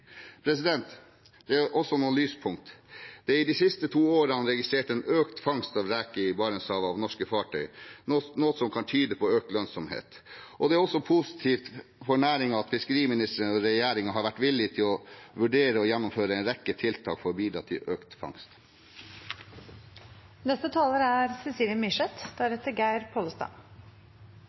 Det er også noen lyspunkt. Det er de siste to årene registrert en økt fangst av reker i Barentshavet av norske fartøy, noe som kan tyde på økt lønnsomhet. Det er også positivt for næringen at fiskeriministeren og regjeringen har vært villige til å vurdere å gjennomføre en rekke tiltak for å bidra til økt fangst. Framleggelsen av saken er